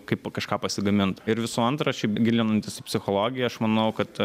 kaip kažką pasigamint ir visų antra šiaip gilinantis į psichologiją aš manau kad